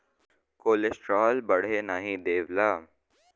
cholesterol बढ़े नाही देवला